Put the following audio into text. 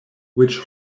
which